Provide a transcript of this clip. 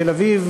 בתל-אביב,